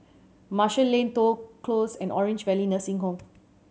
Marshall Lane Toh Close and Orange Valley Nursing Home